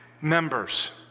members